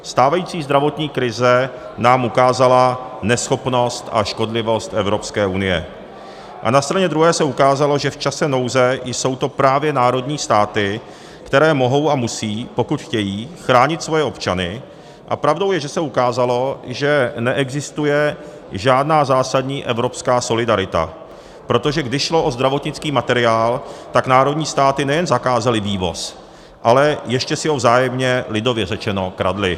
Stávající zdravotní krize nám ukázala neschopnost a škodlivost EU a na straně druhé se ukázalo, že v čase nouze jsou to právě národní státy, které mohou a musí, pokud chtějí, chránit svoje občany, a pravdou je, že se ukázalo, že neexistuje žádná zásadní evropská solidarita, protože když šlo o zdravotnický materiál, tak národní státy nejen zakázaly vývoz, ale ještě si ho vzájemně, lidově řečeno, kradly.